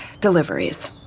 Deliveries